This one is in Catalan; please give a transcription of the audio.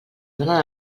dona